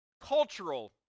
cultural